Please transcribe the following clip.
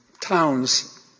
towns